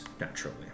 naturally